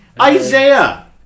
Isaiah